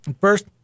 First